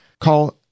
Call